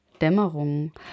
Dämmerung